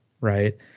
right